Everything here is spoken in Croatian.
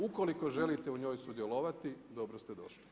Ukoliko želite u njoj sudjelovati dobro ste došli.